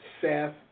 Seth